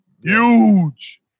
huge